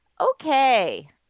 Okay